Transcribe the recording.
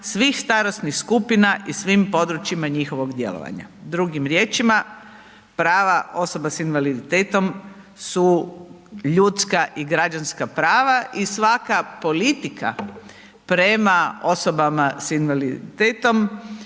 svih starosnih skupina i svih područjima njihovog djelovanja. Drugim riječima, prava osoba s invaliditetom su ljudska i građanska prava i svaka politika prema osobama s invaliditetom